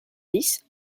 dix